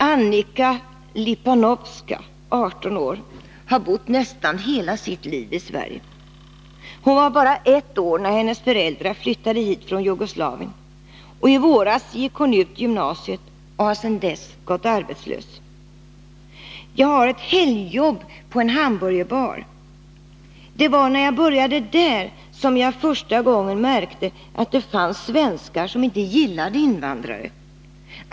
Annica Lipanovska, 18 år, har bott nästan hela sitt liv i Sverige. Hon var bara ett år när hennes föräldrar flyttade hit från Jugoslavien. I våras gick hon ut gymnasiet och har sedan dess gått arbetslös. ”- Jag har ett helgjobb på en hamburgerbar. Det var när jag började där som jag första gången märkte att det fanns svenskar som inte gillade invandrare.